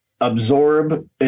absorb